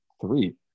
three